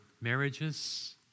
marriages